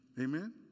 Amen